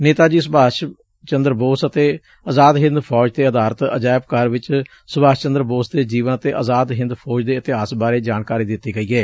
ਨੇਤਾ ਜੀ ਸੁਭਾਸ਼ ਚੰਦਰ ਬੋਸ ਅਤੇ ਅਜ਼ਾਦ ਹਿੰਦ ਫੌਜ ਤੇ ਆਧਾਰਿਤ ਅਜਾਇਬ ਘਰ ਵਿਚ ਸੁਭਾਸ਼ ਚੰਦਰ ਬੋਸ ਦੇ ਜੀਵਨ ਅਤੇ ਅਜ਼ਾਦ ਹਿੰਦ ਫੌਜ ਦੇ ਇਤਿਹਾਸ ਬਾਰੇ ਜਾਣਕਾਰੀ ਦਿੱਤੀ ਗਈ ਏ